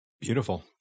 Beautiful